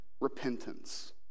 repentance